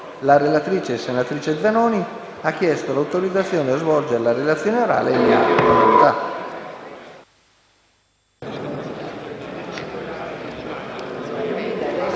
La relatrice, senatrice Zanoni, ha chiesto l'autorizzazione a svolgere la relazione orale. Non